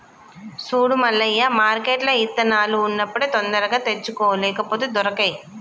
సూడు మల్లయ్య మార్కెట్ల ఇత్తనాలు ఉన్నప్పుడే తొందరగా తెచ్చుకో లేపోతే దొరకై